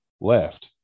left